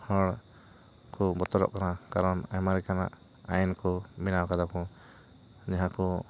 ᱦᱚᱲ ᱠᱚ ᱵᱚᱛᱚᱨᱚᱜ ᱠᱟᱱᱟ ᱠᱟᱨᱚᱱ ᱟᱭᱢᱟ ᱞᱮᱠᱟᱱᱟᱜ ᱟᱭᱤᱱ ᱠᱚ ᱵᱮᱱᱟᱣ ᱟᱠᱟᱫᱟ ᱠᱚ ᱡᱟᱦᱟᱸ ᱠᱚ